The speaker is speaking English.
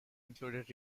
included